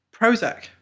Prozac